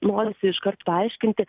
norisi iškart paaiškinti